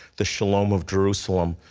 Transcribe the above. the shalom of jerusalem.